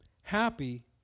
happy